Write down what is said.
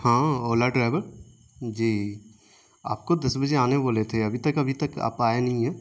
ہاں اولا ڈرائیور جی آپ کو دس بجے آنے بولے تھے ابھی تک ابھی تک آپ آئے نہیں ہیں